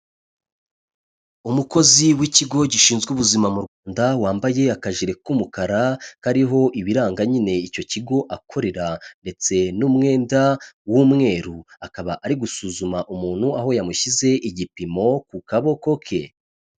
Umukozi w'Ikigo Gishinzwe Ubuzima mu Rwanda wambaye akajire k'umukara kariho ibiranga nyine icyo kigo akorera ndetse n'umwenda w'umweru, akaba ari gusuzuma umuntu, aho yamushyize igipimo ku kaboko ke.